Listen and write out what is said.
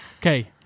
Okay